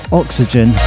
oxygen